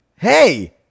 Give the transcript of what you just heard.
hey